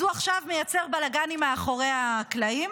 אז הוא עכשיו מייצר בלגנים מאחורי הקלעים.